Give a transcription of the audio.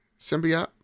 Symbiote